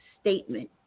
statement